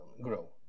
grow